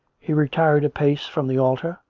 he retired a pace from the altar,